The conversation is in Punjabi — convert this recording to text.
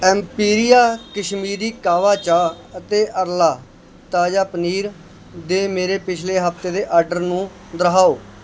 ਐਮਪੀਰੀਆ ਕਸ਼ਮੀਰੀ ਕਾਹਵਾ ਚਾਹ ਅਤੇ ਅਰਲਾ ਤਾਜ਼ਾ ਪਨੀਰ ਦੇ ਮੇਰੇ ਪਿਛਲੇ ਹਫਤੇ ਦੇ ਆਰਡਰ ਨੂੰ ਦੁਹਰਾਓ